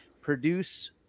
produce